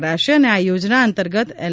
કરાશે અને આ યોજના અંતર્ગત એલ